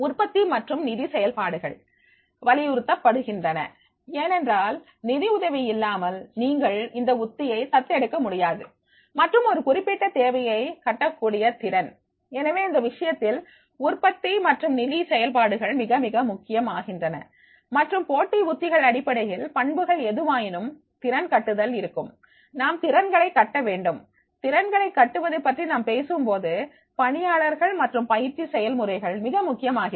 உற்பத்தி மற்றும் நிதி செயல்பாடுகள் வலியுறுத்தப்படுகின்றன ஏனென்றால் நிதி உதவி இல்லாமல் நீங்கள் இந்த உத்தியை தத்தெடுக்க முடியாது மற்றும் ஒரு குறிப்பிட்ட தேவையை கட்டக்கூடிய திறன் எனவே இந்த விஷயத்தில் உற்பத்தி மற்றும் நிதி செயல்பாடுகள் மிக மிக முக்கியம் ஆகின்றன மற்றும் போட்டி உத்திகள் அடிப்படையில் பண்புகள் எதுவாயினும் திறன் கட்டுதல் இருக்கும் நாம் திறன்களை கட்ட வேண்டும் திறன்களை கட்டுவது பற்றி நாம் பேசும்போது பணியாளர்கள் மற்றும் பயிற்சி செயல்முறைகள் மிக முக்கியமாகிறது